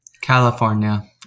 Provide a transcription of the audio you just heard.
California